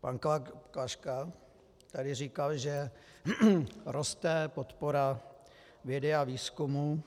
Pan kolega Klaška tady říkal, že roste podpora vědy a výzkumu